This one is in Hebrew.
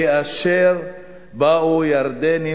כאשר באו ירדנים,